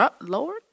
Lord